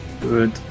Good